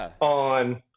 on